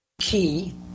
key